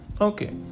Okay